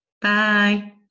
bye